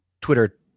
Twitter